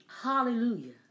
Hallelujah